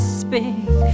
speak